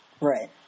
Right